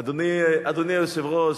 אדוני היושב-ראש,